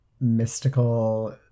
mystical